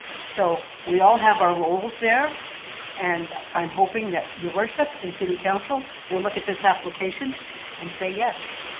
so we all have our roles there and i'm hoping that your worship and city council will look at this application and say yes.